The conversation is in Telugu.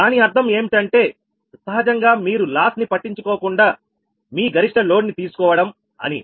దాని అర్థం ఏంటంటే సహజంగా మీరు లాస్ ని పట్టించుకోకుండా మీ గరిష్ట లోడ్ని తీసుకోవడం అని